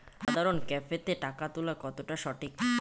সাধারণ ক্যাফেতে টাকা তুলা কতটা সঠিক?